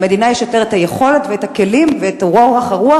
למדינה יש יותר יכולת ואת הכלים ואת אורך הרוח